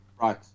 Right